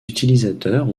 utilisateurs